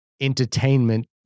entertainment